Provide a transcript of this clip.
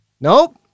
Nope